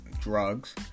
drugs